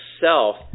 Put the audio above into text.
self